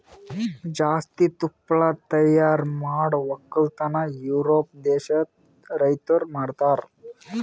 ಜಾಸ್ತಿ ತುಪ್ಪಳ ತೈಯಾರ್ ಮಾಡ್ ಒಕ್ಕಲತನ ಯೂರೋಪ್ ದೇಶದ್ ರೈತುರ್ ಮಾಡ್ತಾರ